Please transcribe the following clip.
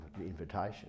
invitation